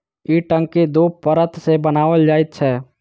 ई टंकी दू परत सॅ बनाओल जाइत छै